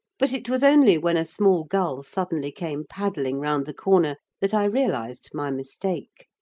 but it was only when a small gull suddenly came paddling round the corner that i realised my mistake.